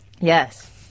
Yes